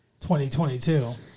2022